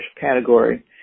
category